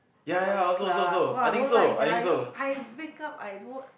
phonics class !wah! don't like sia I wake up I don't